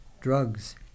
drugs